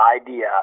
idea